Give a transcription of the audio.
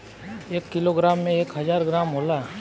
एक किलोग्राम में एक हजार ग्राम होला